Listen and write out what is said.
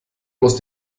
muss